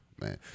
man